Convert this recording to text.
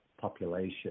population